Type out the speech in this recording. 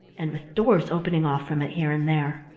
and with doors opening off from it here and there.